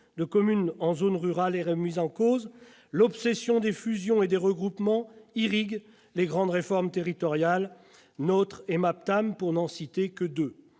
de communes en zones rurales est remise en cause. L'obsession des fusions et des regroupements irrigue les grandes réformes territoriales, NOTRe et MAPTAM pour n'en citer que deux.